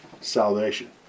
salvation